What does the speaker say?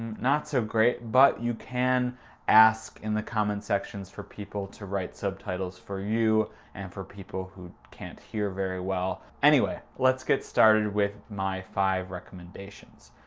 not so great, but you can ask in the comment sections for people to write subtitles for you and for people who can't hear very well. anyway. let's get started with my five recommendations.